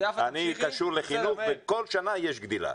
אני קשור לחינוך וכל שנה יש גדילה.